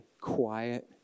quiet